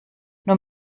nur